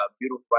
Beautiful